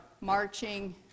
marching